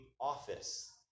office